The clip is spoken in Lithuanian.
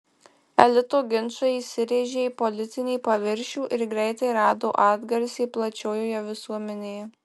elito ginčai įsirėžė į politinį paviršių ir greitai rado atgarsį plačiojoje visuomenėje